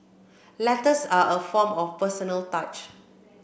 letters are a form of personal touch